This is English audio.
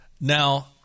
Now